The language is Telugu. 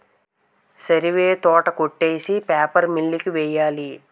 సరివే తోట కొట్టేసి పేపర్ మిల్లు కి వెయ్యాలి